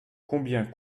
combien